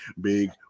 Big